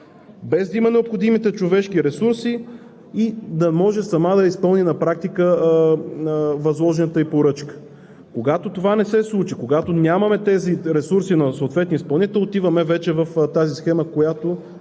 без да има необходимите човешки ресурси, да може сама да изпълни възложената ѝ поръчка. Когато това не се случи, когато няма ресурси на съответния изпълнител, отиваме вече в тази схема, която